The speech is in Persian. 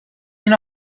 این